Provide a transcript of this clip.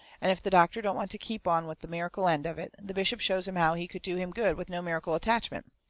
and if the doctor don't want to keep on with the miracle end of it, the bishop shows him how he could do him good with no miracle attachment.